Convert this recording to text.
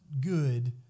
good